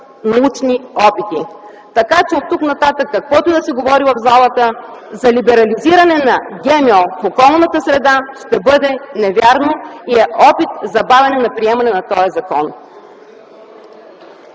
научни опити. Оттук нататък, каквото и да се говори в залата за либерализиране на ГМО в околната среда, ще бъде невярно и е опит за бавене на приемане на този закон.